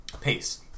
pace